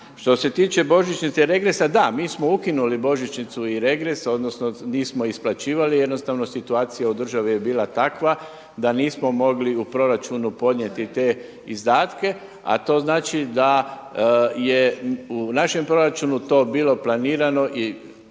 Što se tiče božićnice i regresa, da, mi smo ukinuli božićnicu i regres odnosno nismo isplaćivali. Jednostavno situacija u državi je bila takva da nismo mogli u proračunu podnijeti te izdatke, a to znači da je u našem proračunu to bilo planirano i